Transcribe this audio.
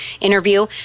interview